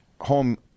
home